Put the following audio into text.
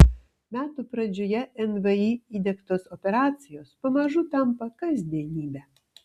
metų pradžioje nvi įdiegtos operacijos pamažu tampa kasdienybe